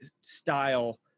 style